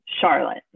Charlotte